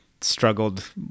Struggled